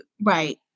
right